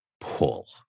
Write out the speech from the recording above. pull